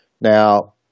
now